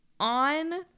on